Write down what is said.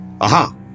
Aha